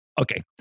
Okay